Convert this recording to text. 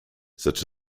such